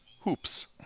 Hoops